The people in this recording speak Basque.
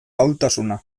ahultasuna